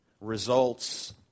results